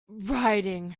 writing